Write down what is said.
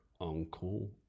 Uncle